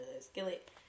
skillet